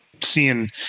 seeing